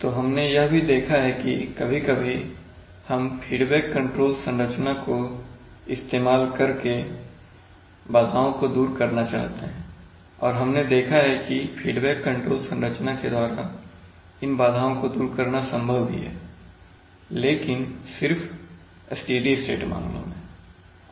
तो हमने यह भी देखा है कि कभी कभी हम फीडबैक कंट्रोल संरचना को इस्तेमाल करके बाधाओं को दूर करना चाहते हैं और हमने देखा है कि फीडबैक कंट्रोल संरचना के द्वारा इन बाधाओं को दूर करना संभव भी है लेकिन सिर्फ स्टेडी स्टेट मामलों में